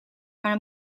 maar